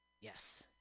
Yes